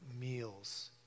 meals